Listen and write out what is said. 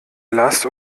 lass